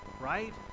right